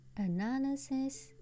analysis